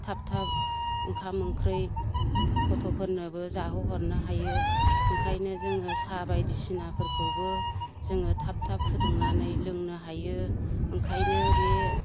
थाब थाब ओंखाम ओंख्रि गथ'फोरनोबो जाहोहरनो हायो बेनिखायनो जोङो साहा बायदिसिनाफोरखौबो जोङो थाब थाब फुदुंनानै लोंनो हायो ओंखायनो बे